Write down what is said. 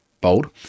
bold